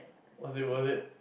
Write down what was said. was it worth it